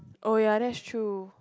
oh ya that's true